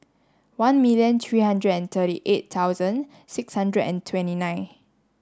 one million three hundred and thirty eight thousand six hundred and twenty nine